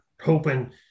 hoping